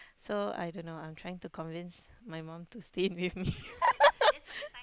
so I don't know I'm trying to convince my mum to stay with me